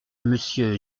monsieur